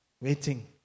Waiting